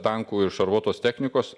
tankų ir šarvuotos technikos